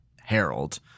Harold